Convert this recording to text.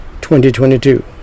2022